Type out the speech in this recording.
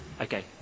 okay